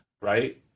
right